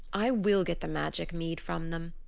i will get the magic mead from them.